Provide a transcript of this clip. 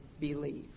believe